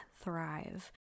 thrive